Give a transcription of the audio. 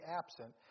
absent